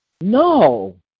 No